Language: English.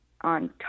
on